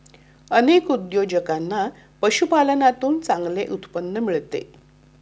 अनेक उद्योजकांना पशुपालनातून चांगले उत्पन्न मिळते